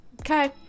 Okay